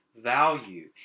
value